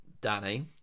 Danny